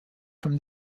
from